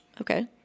Okay